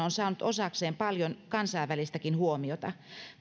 saanut osakseen paljon kansainvälistäkin huomiota